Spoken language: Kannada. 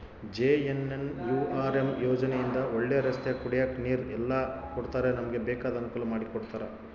ಜೆ.ಎನ್.ಎನ್.ಯು.ಆರ್.ಎಮ್ ಯೋಜನೆ ಇಂದ ಒಳ್ಳೆ ರಸ್ತೆ ಕುಡಿಯಕ್ ನೀರು ಎಲ್ಲ ಕೊಡ್ತಾರ ನಮ್ಗೆ ಬೇಕಾದ ಅನುಕೂಲ ಮಾಡಿಕೊಡ್ತರ